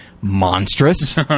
monstrous